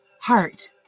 heart